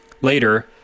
Later